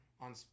on